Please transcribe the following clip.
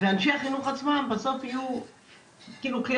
ואנשי החינוך עצמם בסוף יהיו כאילו כלי